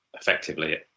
effectively